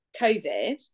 COVID